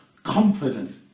confident